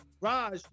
Raj